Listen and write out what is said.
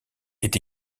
est